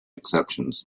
exceptions